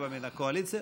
רבע מן הקואליציה.